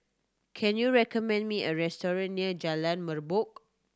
can you recommend me a restaurant near Jalan Merbok